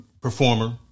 performer